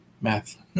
math